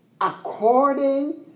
according